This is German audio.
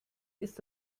ist